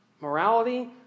Morality